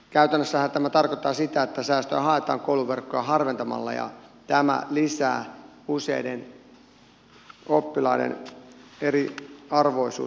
käytännössähän tämä tarkoittaa sitä että säästöä haetaan kouluverkkoa harventamalla ja tämä lisää useiden oppilaiden eriarvoisuutta suomessa